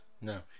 No